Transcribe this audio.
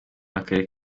n’akarere